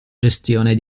gestione